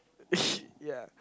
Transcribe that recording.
yeah